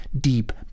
deep